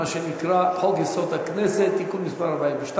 מה שנקרא חוק-יסוד: הכנסת (תיקון מס' 42,